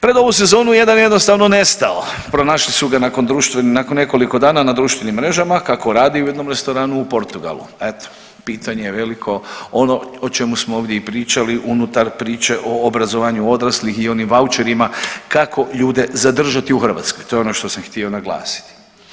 Pred novu sezonu jedan je jednostavno nestao, pronašli su nakon nekoliko dana na društvenim mrežama kako radi u jednom restoranu u Portugalu, eto pitanje je veliko, ono o čemu smo ovdje i pričali unutar priče o obrazovanju odraslih i onim vaučerima kako ljude zadržati u Hrvatskoj, to je ono što sam htio naglasiti.